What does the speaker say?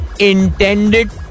Intended